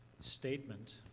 statement